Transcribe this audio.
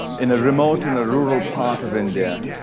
in a remote and a rural part of india.